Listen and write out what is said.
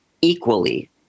equally